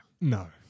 No